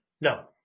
No